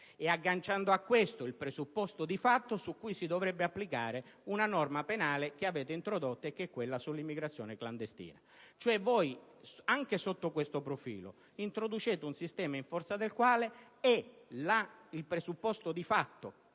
e agganciando a questo il presupposto di fatto su cui si dovrebbe applicare una norma penale che avete introdotto, quella sull'immigrazione clandestina. Quindi, anche sotto questo profilo introducete un sistema in forza del quale il presupposto di fatto